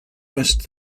best